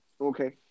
Okay